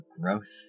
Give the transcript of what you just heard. growth